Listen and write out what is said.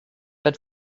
but